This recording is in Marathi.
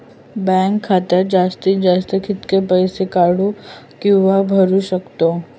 बँक खात्यात जास्तीत जास्त कितके पैसे काढू किव्हा भरू शकतो?